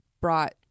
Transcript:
brought